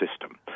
system